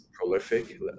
prolific